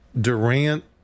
Durant